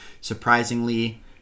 surprisingly